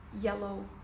yellow